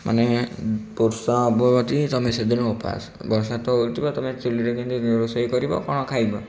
ମାନେ ବର୍ଷା ହବ ଯଦି ତୁମେ ସେଦିନ ଉପବାସ ବର୍ଷା ତ ହେଉଥିବ ତୁମେ ଚୁଲିରେ କେମିତି ରୋଷେଇ କରିବ କ'ଣ ଖାଇବ